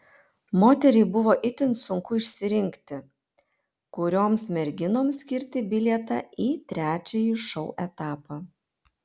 moteriai buvo itin sunku išsirinkti kurioms merginoms skirti bilietą į trečiąjį šou etapą